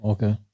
Okay